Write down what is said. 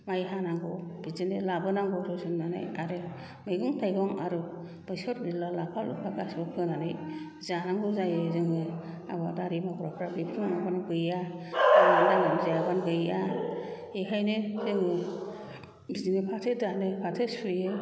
माइ हानांगौ बिदिनो लाबोनांगौ रुजुननानै आरो मैगं थाइगं आरो बेसर बिला लाफा लुफा गासिबो फोलानानै जानांगौ जायो जोङो आबादारि मावग्राफ्रा बेखौ नङाबानो गैया गैया मावनानै दांनानै जायाबानो गैया बेखायनो जोङो बिदिनो फाथो दानो फाथो सुयो